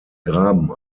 graben